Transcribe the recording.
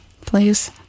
please